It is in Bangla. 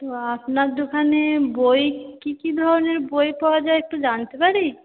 তা আপনার দোকানে বই কি কি ধরণের বই পাওয়া যায় একটু জানতে পারি